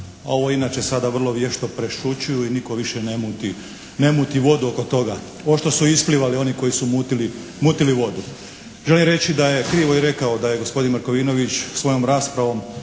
ovo inače sada vrlo vješto prešućuju i nitko više ne muti vodu oko toga, ovo što su isplivali oni koji su mutili vodu. Želim reći da je krivo i rekao da je gospodin Markovinović svojom raspravom